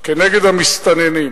כנגד המסתננים.